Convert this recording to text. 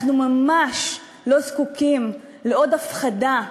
אנחנו ממש לא זקוקים לעוד הפחדה,